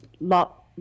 lot—